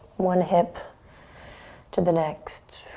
one hip to the next.